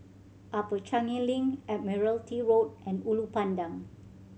Upper Changi Link Admiralty Road and Ulu Pandan